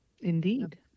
Indeed